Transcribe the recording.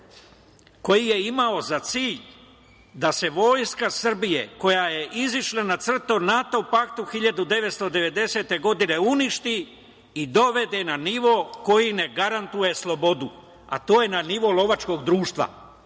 koji je imao za cilj da se Vojska Srbije, koja je izašla na crtu NATO paktu 1999. godine, uništi i dovede na nivo koji ne garantuje slobodu, a to je na nivo lovačkog društva.